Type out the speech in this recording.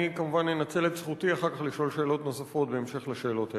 אני כמובן אנצל את זכותי אחר כך לשאול שאלות נוספות בהמשך לשאלות האלה.